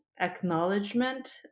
acknowledgement